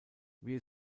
wir